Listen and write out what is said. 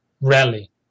Rally